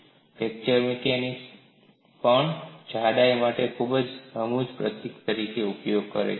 અને fracture mechanics પણ જાડાઈ માટે ખૂબ રમૂજી પ્રતીકનો ઉપયોગ કરે છે